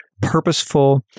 purposeful